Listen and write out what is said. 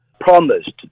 promised